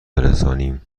برسانیم